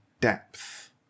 depth